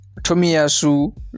Tomiyasu